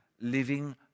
living